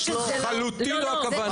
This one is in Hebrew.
זאת לחלוטין לא הכוונה.